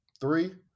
Three